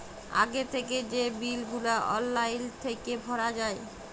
আগে থ্যাইকে যে বিল গুলা অললাইল থ্যাইকে ভরা যায়